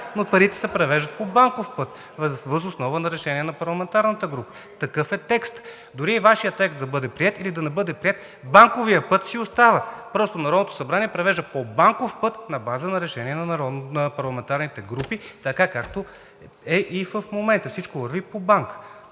но парите се превеждат по банков път въз основа на решение на парламентарната група. Дори Вашият текст да бъде приет или да не бъде приет, банковият път си остава – Народното събрание превежда по банков път на базата на решение на парламентарните групи така, както е и в момента. Всичко върви по банка,